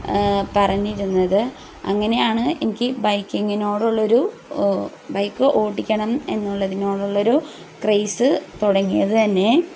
പറഞ്ഞിരുന്നത് അങ്ങനെയാണ് എനിക്ക് ബൈക്കിങ്ങിനോടുള്ളൊരു ബൈക്ക് ഓടിക്കണം എന്നുള്ളതിനോടുള്ളൊരു ക്രൈയ്സ് തുടങ്ങിയത് തന്നെ